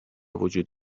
بوجود